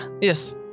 Yes